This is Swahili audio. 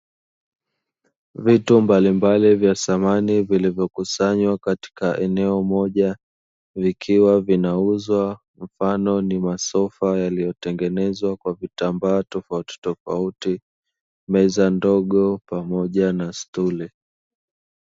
Vitu mbalimbali vya thamani vilivyokusanywa katika eneo moja vikiwa vinauzwa mfano ni masofa yaliyo tengenezwa kwa vitambaa tofautitofauti, meza ndogo pamoja na stuli.